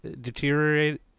deteriorate